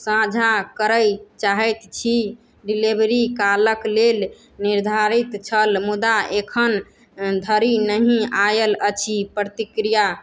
साझा करै चाहैत छी डिलेवरी कालक लेल निर्धारित छल मुदा एखन धरि नहि आयल अछि प्रतिक्रिया